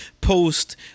post